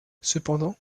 cependant